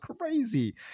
crazy